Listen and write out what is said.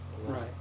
Right